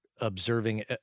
observing